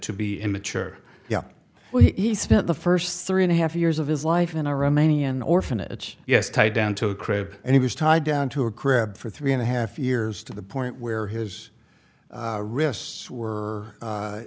to be immature yeah well he spent the first three and a half years of his life in a romanian orphanage yes tied down to a crib and he was tied down to a crib for three and a half years to the point where his wrists were